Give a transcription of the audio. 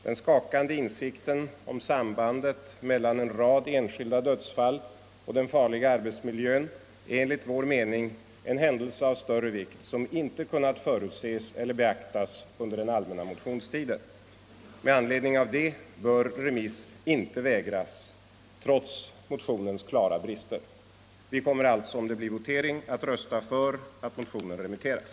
Den skakande insikten om sambandet mellan en rad enskilda dödsfall och den farliga arbetsmiljön är enligt vår mening en händelse av större vikt som inte kunnat förutses eller beaktas under den allmänna motionstiden. Med anledning av detta bör remiss inte vägras, trots motionens klara brister. Vi kommer alltså, om det blir votering, att rösta för att motionen remitteras.